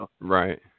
Right